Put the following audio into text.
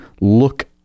look